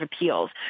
Appeals